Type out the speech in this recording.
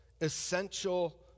essential